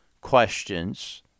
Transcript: questions